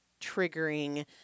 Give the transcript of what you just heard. triggering